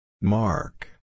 Mark